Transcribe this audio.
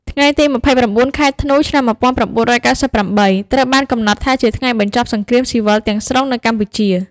ថ្ងៃទី ២៩ ខែធ្នូ ឆ្នាំ ១៩៩៨ ត្រូវបានកំណត់ថាជាថ្ងៃបញ្ចប់សង្គ្រាមស៊ីវិលទាំងស្រុងនៅកម្ពុជា។